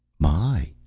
my,